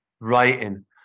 writing